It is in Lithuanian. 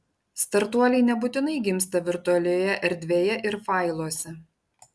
startuoliai nebūtinai gimsta virtualioje erdvėje ir failuose